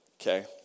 okay